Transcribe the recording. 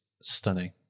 stunning